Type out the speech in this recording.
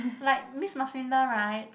like Miss Maslinda right